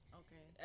okay